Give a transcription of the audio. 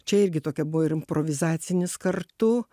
čia irgi tokia buvo ir improvizacinis kartu